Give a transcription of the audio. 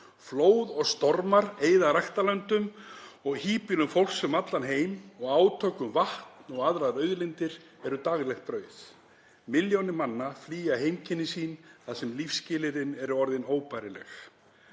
flóð og stormar eyða ræktarlöndum og híbýlum fólks um allan heim og átök um vatn og aðrar auðlindir eru daglegt brauð. Milljónir manna flýja heimkynni sín þar sem lífsskilyrðin eru orðin óbærileg.